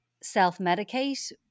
self-medicate